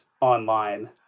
online